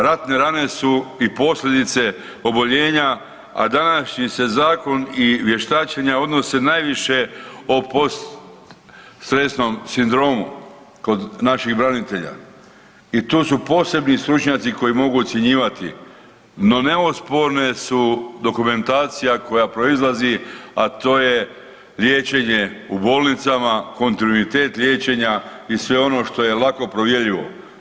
Ratne rane su i posljedica oboljenja, a današnji se zakon i vještačenja odnose najviše o poststresnom sindromu kod naših branitelja i tu su posebni stručnjaci koji mogu ocjenjivati, no nesporne su dokumentacija koja proizlazi, a to je liječenje u bolnicama, kontinuitet liječenja i sve ono što je lako provjerljivo.